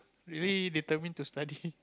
really determine to study